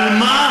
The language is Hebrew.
על מה?